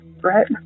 right